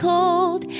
Cold